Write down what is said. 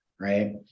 right